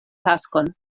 taskon